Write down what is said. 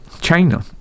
China